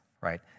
Right